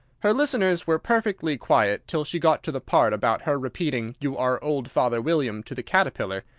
her listeners were perfectly quiet till she got to the part about her repeating you are old, father william, to the caterpillar,